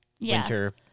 Winter